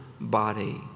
body